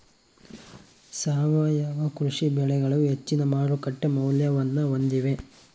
ಸಾವಯವ ಕೃಷಿ ಬೆಳೆಗಳು ಹೆಚ್ಚಿನ ಮಾರುಕಟ್ಟೆ ಮೌಲ್ಯವನ್ನ ಹೊಂದಿವೆ